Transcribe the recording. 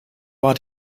war